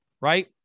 right